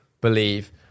believe